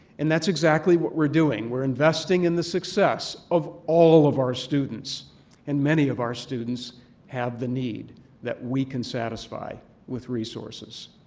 and that's exactly what we're doing. we're investing in the success of all of our students and many of our students have the need that we can satisfy with resources.